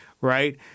right